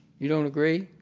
you don't agree?